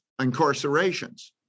incarcerations